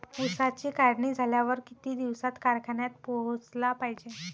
ऊसाची काढणी झाल्यावर किती दिवसात कारखान्यात पोहोचला पायजे?